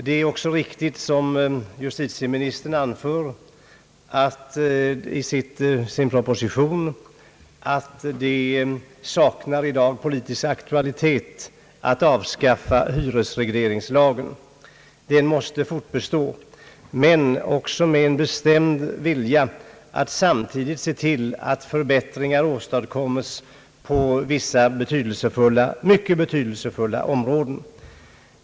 Det är också riktigt som justitieministern anför i sin proposition att det i dag saknar politisk aktualitet att avskaffa hyresregleringslagen. Den måste fortbestå men också med en bestämd vilja att samtidigt se till att förbättringar åstadkommes på vissa mycket betydelsefulla områden.